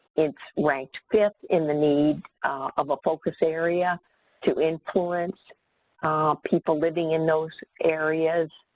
it's ranked fifth in the need of a focus area to influence people living in those areas.